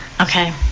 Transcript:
Okay